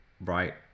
Right